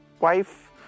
wife